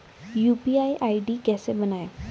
UPI ID कैसे बनायें?